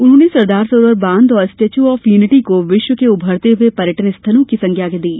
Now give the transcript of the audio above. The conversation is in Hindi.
उन्होंने सरदार सरोवर बांध और स्टैच्यू ऑफ यूनिटी को विश्व के उभरते हुए पर्यटन स्थलों की संज्ञा दी